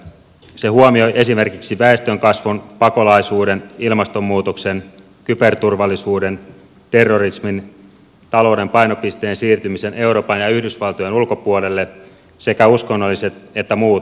se huomioi esimerkiksi väestönkasvun pakolaisuuden ilmastonmuutoksen kyberturvallisuuden terrorismin talouden painopisteen siirtymisen euroopan ja yhdysvaltojen ulkopuolelle sekä uskonnolliset ja muut ääriliikkeet